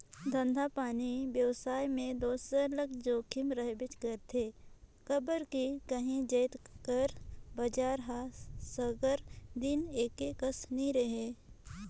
धंधापानी बेवसाय में दो सरलग जोखिम रहबेच करथे काबर कि काही जाएत कर बजार हर सगर दिन एके कस नी रहें